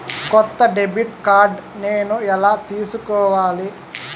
కొత్త debit card నేను ఎలా తీసుకోవాలి?